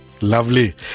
Lovely